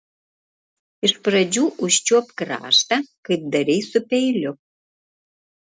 iš pradžių užčiuopk kraštą kaip darei su peiliu